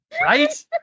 Right